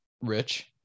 rich